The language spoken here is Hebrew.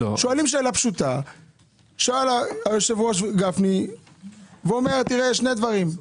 שאל היושב-ראש גפני ואומר: שני דברים: